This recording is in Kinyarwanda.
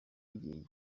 y’igihe